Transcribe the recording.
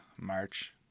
March